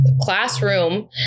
classroom